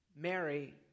Mary